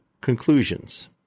conclusions